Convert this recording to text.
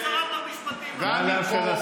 לשרת המשפטים היו כאבי בטן,